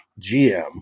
GM